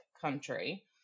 country